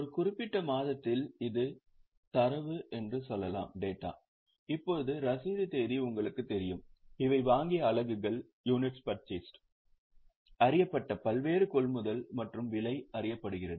ஒரு குறிப்பிட்ட மாதத்தில் இது தரவு என்று சொல்லலாம் இப்போது ரசீது தேதி உங்களுக்குத் தெரியும் இவை வாங்கிய அலகுகள் அறியப்பட்ட பல்வேறு கொள்முதல் மற்றும் விலை அறியப்படுகிறது